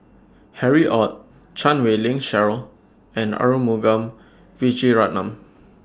Harry ORD Chan Wei Ling Cheryl and Arumugam Vijiaratnam